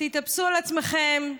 תתאפסו על עצמכם,